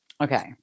Okay